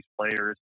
players